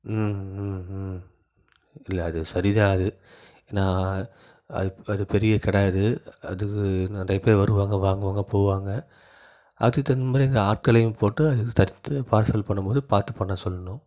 ம் ம் ம் இல்லை அது சரி தான் நான் அது அது பெரிய கடை அது அதுக்கு நிறைய பேர் வருவாங்க வாங்குவாங்க போவாங்க அதுக்கு தகுந்த மாதிரி அங்கே ஆட்களையும் போட்டு அதுக்கு பார்சல் பண்ணும்போது பார்த்து பண்ண சொல்லணும்